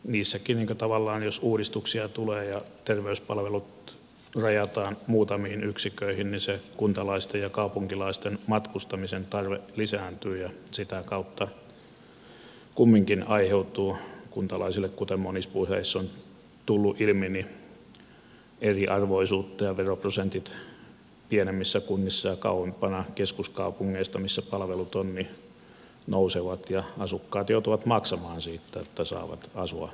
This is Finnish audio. niissäkin tavallaan jos uudistuksia tulee ja terveyspalvelut rajataan muutamiin yksiköihin se kuntalaisten ja kaupunkilaisten matkustamisen tarve lisääntyy ja sitä kautta kumminkin aiheutuu kuntalaisille kuten monissa puheissa on tullut ilmi eriarvoisuutta ja veroprosentit pienemmissä kunnissa ja kauempana keskuskaupungeista missä palvelut ovat nousevat ja asukkaat joutuvat maksamaan siitä että saavat asua maaseudulla